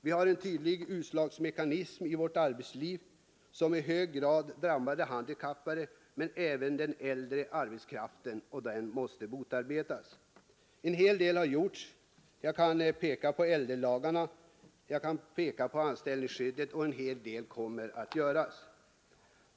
Vi har en tydlig utslagsmekanism inom vårt arbetsliv, som i hög grad drabbar de handikappade men även den äldre arbetskraften. Denna mekanism måste motarbetas. En hel del har gjorts. Jag kan peka på äldrelagarna och anställningsskyddet. En hel del kommer att göras.